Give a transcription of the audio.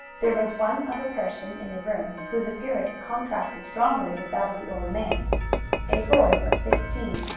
there was one other person in the room whose appearance contrasted strongly with that of the old man a boy of sixteen,